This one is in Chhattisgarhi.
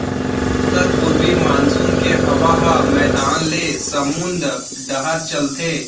उत्तर पूरवी मानसून के हवा ह मैदान ले समुंद डहर चलथे